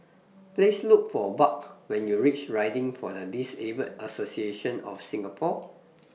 Please Look For Buck when YOU REACH Riding For The Disabled Association of Singapore